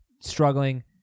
struggling